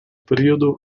periodo